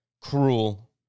cruel